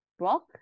Rock